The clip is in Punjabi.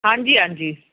ਹਾਂਜੀ ਹਾਂਜੀ